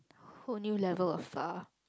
who new level a far